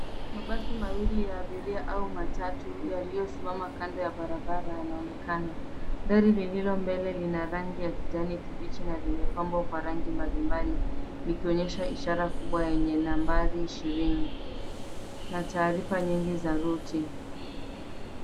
Mabasi mawili ya abiria au matatu yaliyosimama kando ya barabara yanaonekana. Gari lililo mbele lina rangi ya kijani kibichi na limepambwa kwa rangi mbali mbali, likionyesha ishara kubwa yenye nambari ishirini, na taarifa nyingi za ruti.